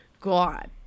God